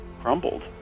crumbled